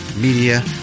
Media